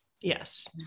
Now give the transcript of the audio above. Yes